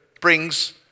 brings